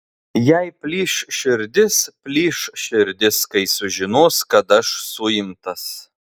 jai plyš širdis plyš širdis kai sužinos kad aš suimtas